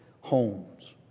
homes